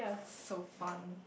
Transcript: so fun